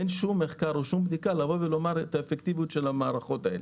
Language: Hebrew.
אין שום מחקר או שום בדיקה שהראו את האפקטיביות של המערכות הללו.